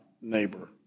neighbor